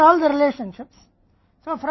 अब ये सभी रिश्ते हैं